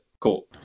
cool